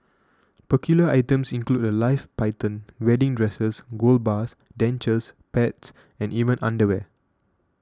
peculiar items include a live python wedding dresses gold bars dentures pets and even underwear